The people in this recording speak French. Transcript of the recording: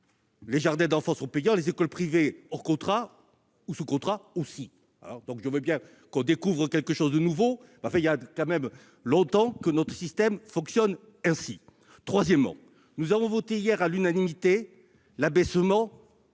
les jardins d'enfants sont payants, les écoles privées hors contrat ou sous contrat aussi. Certains ont l'air de découvrir quelque chose de nouveau, mais il y a longtemps que notre système fonctionne ainsi. Enfin, nous avons voté hier à l'unanimité l'abaissement